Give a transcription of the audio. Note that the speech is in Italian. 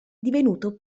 divenuto